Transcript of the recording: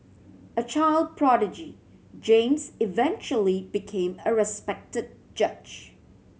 a child prodigy James eventually became a respected judge